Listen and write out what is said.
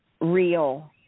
real